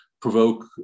provoke